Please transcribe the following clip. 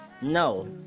No